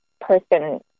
person